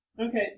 Okay